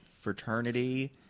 fraternity